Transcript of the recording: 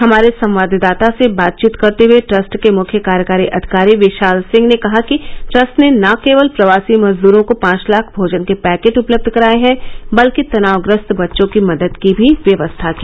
हमारे संवाददाता से बातचीत करते हुए ट्रस्ट के मुख्य कार्यकारी अधिकारी विशाल सिंह ने कहा कि ट्रस्ट ने न केवल प्रवासी मजदूरों को पांच लाख भोजन के पैकेट उपलब्ध कराए हैं बल्कि तनावग्रस्त बच्चों की मदद की भी व्यवस्था की